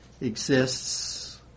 exists